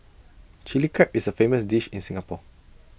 Chilli Crab is A famous dish in Singapore